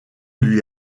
lui